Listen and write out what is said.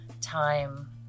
time